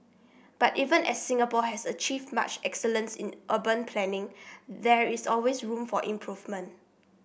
but even as Singapore has achieved much excellence in urban planning there is always room for improvement